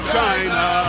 China